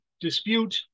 dispute